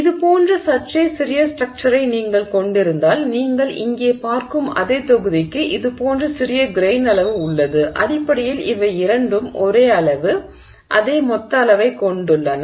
இது போன்ற சற்றே சிறிய ஸ்ட்ரக்சுரை நீங்கள் கொண்டிருந்தால் நீங்கள் இங்கே பார்க்கும் அதே தொகுதிக்கு இது போன்ற சிறிய கிரெய்ன் அளவு உள்ளது அடிப்படையில் இவை இரண்டும் ஒரே அளவு அதே மொத்த அளவைக் கொண்டுள்ளன